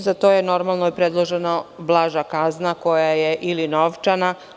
Za to je, normalno, predložena blaža kazna, koja može biti novčana.